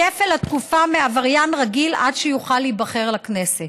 כפל התקופה מעבריין רגיל, עד שיוכל להיבחר לכנסת.